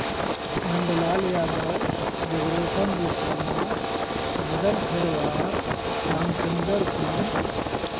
नंदलाल यादव जगरूफ़म विश्वकर्मा मदन खरवार रामचन्द्र सिंह